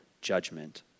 judgment